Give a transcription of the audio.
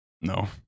No